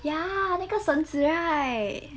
ya 那绳子 right